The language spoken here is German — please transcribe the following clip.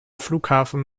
flughafen